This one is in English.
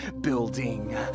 building